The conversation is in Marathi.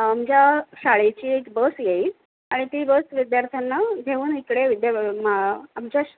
आमच्या शाळेची एक बस येईल आणि ती बस विद्यार्थ्यांना घेऊन इकडे विद्या मा आमच्या